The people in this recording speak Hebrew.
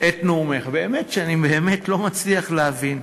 את נאומך, באמת שאני באמת לא מצליח להבין.